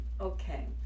okay